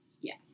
Yes